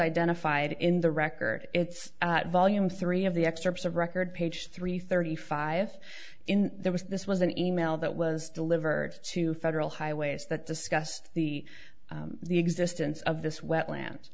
identified in the record it's volume three of the excerpts of record page three thirty five in there was this was an e mail that was delivered to federal highways that discussed the the existence of this wetlands